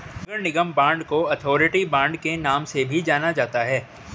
नगर निगम बांड को authority bond के नाम से भी जाना जाता है